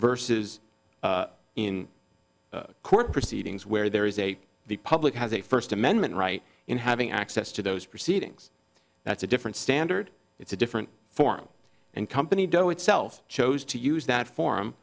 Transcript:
verses in court proceedings where there is a the public has a first amendment right in having access to those proceedings that's a different standard it's a different form and company doe itself chose to use that for